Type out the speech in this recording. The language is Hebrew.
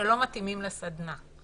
שלא מתאימים לסדנה.